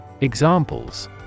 Examples